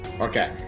Okay